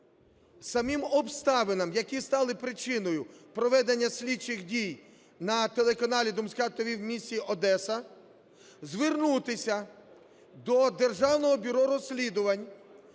самим обставинам, які стали причиною проведення слідчих дій на телеканалі "Думская ТВ" в місті Одеса, звернутися до Державного бюро розслідувань